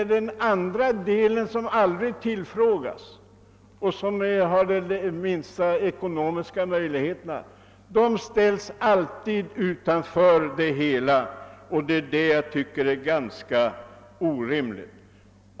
Men de som har de sämsta ekonomiska möjligheterna tillfrågas aldrig utan ställs utanför, och det är detta som jag tycker är orimligt.